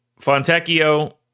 Fontecchio